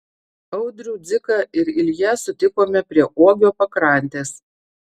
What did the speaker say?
audrių dziką ir ilją sutikome prie uogio pakrantės